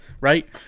right